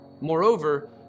Moreover